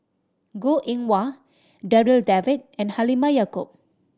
Goh Eng Wah Darryl David and Halimah Yacob